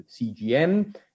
CGM